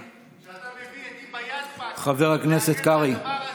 כשאתה מביא את היבא יזבק להגן על הדבר הזה,